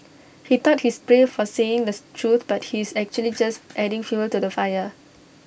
he thought he's brave for saying this truth but he's actually just adding fuel to the fire